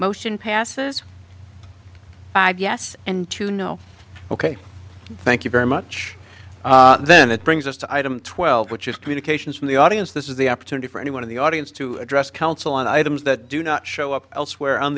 motion passes yes and to no ok thank you very much then that brings us to item twelve which is communications from the audience this is the opportunity for anyone in the audience to address council on items that do not show up elsewhere on